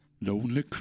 lonely